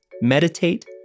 meditate